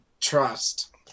trust